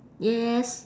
yes